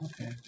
Okay